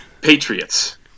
Patriots